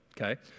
Okay